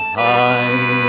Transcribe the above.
high